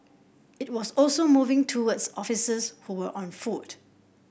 it was also moving towards officers who were on foot